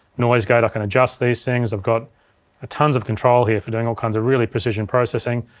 noise gate, i can adjust these things. i've got tons of control here for doing all kinds of really precision processing.